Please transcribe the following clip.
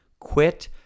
Quit